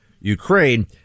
Ukraine